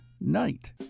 Night